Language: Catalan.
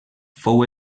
fou